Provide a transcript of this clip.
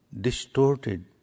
distorted